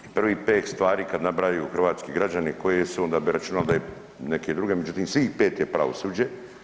I prvih pet stvari kad nabrajaju hrvatski građani koje su onda bi računali neke druge, međutim svih pet je pravosuđe.